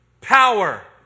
power